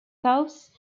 south